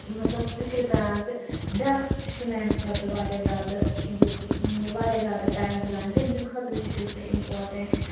مطلب فِکرِ تَران زِ بیٛاکھ تہِ چھُ میٛانہِ خٲطرٕ واریاہ زیادٕ یہِ واریاہ زیادٕ ٹایِم گُزاران تٔمۍ سٕنٛدۍ خٲطرٕ تہِ چھُس بہٕ اِمپاٹَنٛٹ